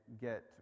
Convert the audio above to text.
get